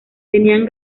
tenían